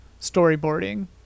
storyboarding